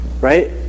right